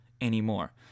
anymore